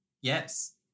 Yes